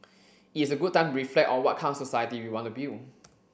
it is a good time reflect on what kind of society we want to build